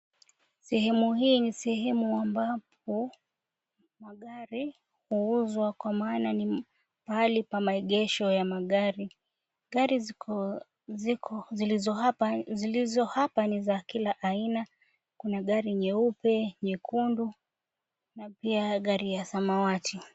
Sehemu hii ni sehemu ambapo magari huuzwa kwa maana ni mahali pa maegesho ya magari. Gari ziko, zilizo hapa ni za kila aina kuna gari nyeupe, nyekundu na pia gari ya samawati.